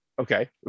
okay